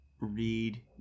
read